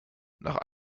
nach